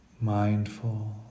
Mindful